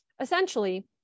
essentially